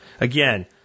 Again